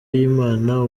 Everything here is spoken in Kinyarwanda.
y’imana